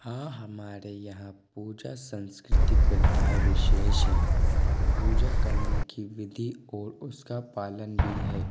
हाँ हमारे यहाँ पूजा संस्कृति प्रथा विशेष है पूजा करने की विधि और उसका पालन भी है